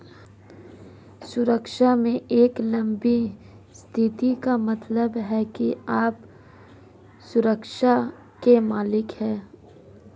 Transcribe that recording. सुरक्षा में एक लंबी स्थिति का मतलब है कि आप सुरक्षा के मालिक हैं